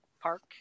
park